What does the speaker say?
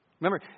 Remember